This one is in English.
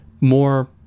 more